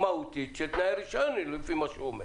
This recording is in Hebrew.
מהותית של תנאי הרישיון, לפי מה שהוא אומר.